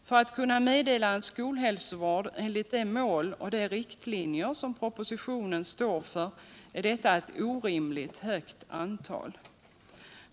För att kunna meddela en skolhälsovård enligt det mål och de riktlinjer som propositionen stär för, är detta ett orimligt hört antal.